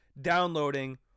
downloading